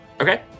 Okay